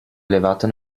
allevato